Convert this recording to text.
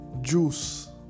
Juice